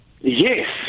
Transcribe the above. yes